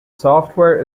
software